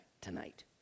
tonight